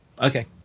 Okay